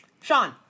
Sean